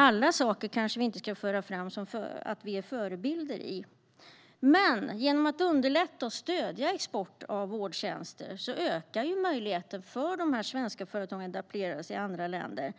Därför ska vi kanske inte föra fram att vi är förebilder i allt. Genom att underlätta och stödja export av vårdtjänster ökar möjligheten för svenska företag att etablera sig i andra länder,